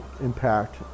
impact